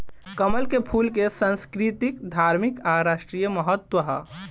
कमल के फूल के संस्कृतिक, धार्मिक आ राष्ट्रीय महत्व ह